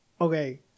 okay